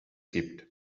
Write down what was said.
gibt